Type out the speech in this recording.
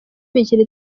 mikino